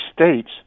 states